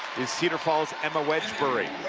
cedar falls' emma wedgbury.